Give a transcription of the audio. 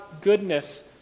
goodness